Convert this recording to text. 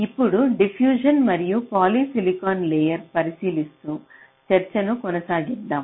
ఇప్పుడు డిఫ్యూషన్ మరియు polysilicon layer ను పరిశీలిస్తూ చర్చలను కొనసాగిద్దాం